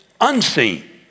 unseen